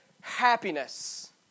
happiness